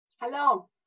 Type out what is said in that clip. Hello